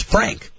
Frank